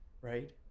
Right